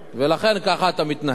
ולכן ככה אתה מתנהל.